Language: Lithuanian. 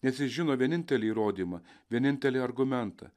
nes jis žino vienintelį įrodymą vienintelį argumentą